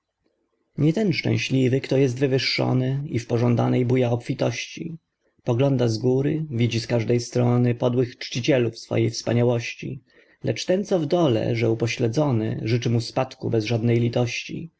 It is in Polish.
nie ten szczęśliwy kto jest wywyższony i w pożądanej buja obfitości pogląda z góry widzi z każdej strony podłych czcicielów swojej wspaniałości lecz ten co w dole że upośledzony życzy mu spadku bez żadnej litości